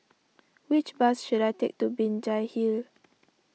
which bus should I take to Binjai Hill